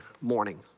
morning